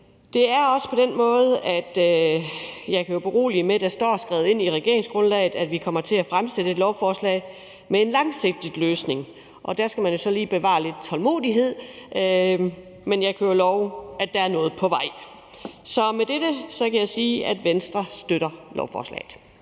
Det er også sådan, at jeg kan berolige med, at det er skrevet ind i regeringsgrundlaget, at vi kommer til at fremsætte et lovforslag med en langsigtet løsning, og der skal man jo så lige bevare tålmodigheden, men jeg kan love, at der er noget på vej. Med dette kan jeg sige, at Venstre støtter lovforslaget.